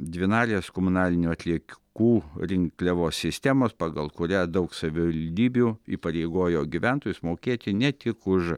dvinarės komunalinių atliekų rinkliavos sistemos pagal kurią daug savivaldybių įpareigojo gyventojus mokėti ne tik už